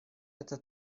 это